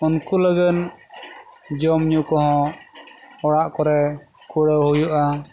ᱩᱱᱠᱩ ᱞᱟᱹᱜᱤᱫ ᱡᱚᱢ ᱧᱩ ᱠᱚᱦᱚᱸ ᱚᱲᱟᱜ ᱠᱚᱨᱮ ᱠᱩᱲᱟᱹᱣ ᱦᱩᱭᱩᱜᱼᱟ